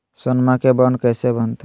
सोनमा के बॉन्ड कैसे बनते?